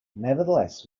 nevertheless